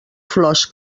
flors